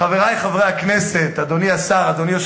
איפה העוגה?